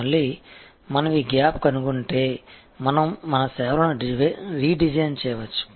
మళ్ళీ మనం ఈ గ్యాప్ కనుగొంటే మనం మన సేవలను రీడిజైన్ చేయవచ్చు